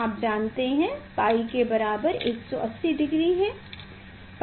आप जानते हैं कि पाई के बराबर 180 डिग्री है